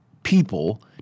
people